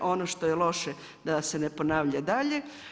Ono što je loše da se ne ponavlja dalje.